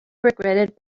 regretted